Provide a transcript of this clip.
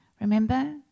Remember